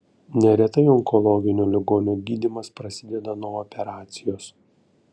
neretai onkologinio ligonio gydymas prasideda nuo operacijos